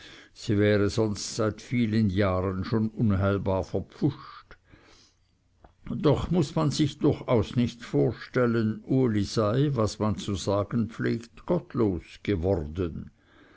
sie wäre sonst seit vielen jahren schon unheilbar verpfuscht doch muß man sich durchaus nicht vorstellen uli sei was man zu sagen pflegt gottlos geworden